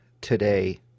today